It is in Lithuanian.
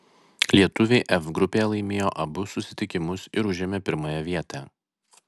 lietuviai f grupėje laimėjo abu susitikimus ir užėmė pirmąją vietą